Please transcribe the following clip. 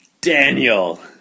Daniel